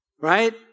right